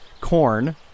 corn